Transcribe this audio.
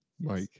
Mike